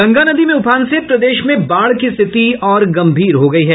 गंगा नदी में उफान से प्रदेश में बाढ़ की स्थिति और गम्भीर हो गयी है